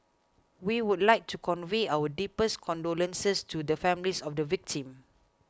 we would like to convey our deepest condolences to the families of the victims